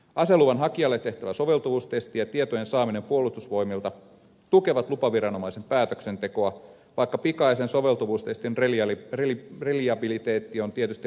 aseluvan hakijalle tehtävä soveltuvuustesti ja tietojen saaminen puolustusvoimilta tukevat lupaviranomaisen päätöksentekoa vaikka pikaisen soveltuvuustestin reliabiliteetti on tietysti rajallinen